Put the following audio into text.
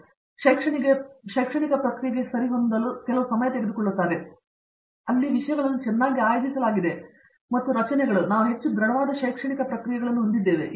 ಆದ್ದರಿಂದ ಶೈಕ್ಷಣಿಕ ಪ್ರಕ್ರಿಯೆಗೆ ಸರಿಹೊಂದಿಸಲು ಕೆಲವು ಸಮಯವನ್ನು ತೆಗೆದುಕೊಳ್ಳುತ್ತೇವೆ ಅಲ್ಲಿ ವಿಷಯಗಳನ್ನು ಚೆನ್ನಾಗಿ ಆಯೋಜಿಸಲಾಗಿದೆ ಮತ್ತು ರಚನೆಗಳು ಮತ್ತು ನಾವು ಹೆಚ್ಚು ದೃಢವಾದ ಶೈಕ್ಷಣಿಕ ಪ್ರಕ್ರಿಯೆಗಳನ್ನು ಹೊಂದಿದ್ದೇವೆ